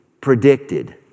predicted